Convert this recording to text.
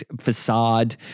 facade